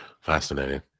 fascinating